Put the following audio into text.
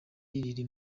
riri